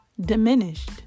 diminished